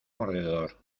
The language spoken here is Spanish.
mordedor